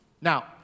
Now